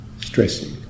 stressing